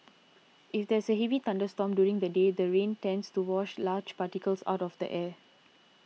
if there's a heavy thunderstorm during the day the rains tends to wash large particles out of the air